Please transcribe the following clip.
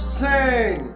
sing